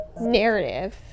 narrative